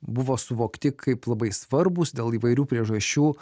buvo suvokti kaip labai svarbūs dėl įvairių priežasčių